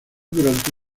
durante